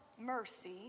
mercy